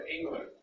England